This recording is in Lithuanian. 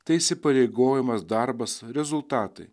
tai įsipareigojimas darbas rezultatai